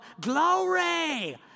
Glory